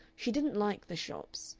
she didn't like the shops,